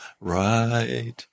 Right